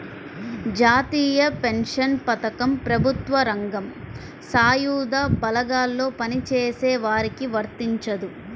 జాతీయ పెన్షన్ పథకం ప్రభుత్వ రంగం, సాయుధ బలగాల్లో పనిచేసే వారికి వర్తించదు